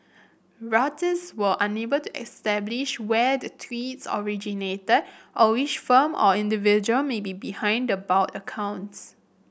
Reuters were unable to establish where the tweets originated or which firm or individual may be behind the bot accounts